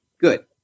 Good